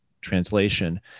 translation